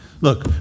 Look